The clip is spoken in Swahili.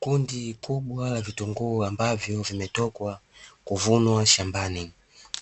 Kundi kubwa la vitunguu ambavyo vimetokwa kuvunwa shambani,